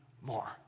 more